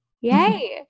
Yay